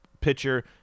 pitcher